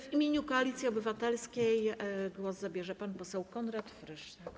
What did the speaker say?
W imieniu Koalicji Obywatelskiej głos zabierze pan poseł Konrad Frysztak.